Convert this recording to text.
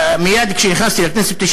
מייד כשנכנסתי לכנסת,